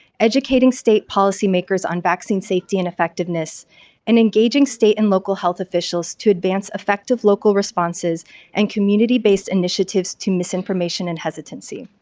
educating state policymakers on vaccine safety and effectiveness and engaging state and local health officials to advance effective local responses and community-based initiatives to misinformation and hesitancy.